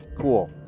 cool